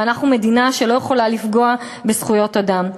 ואנחנו מדינה שלא יכולה לפגוע בזכויות האדם.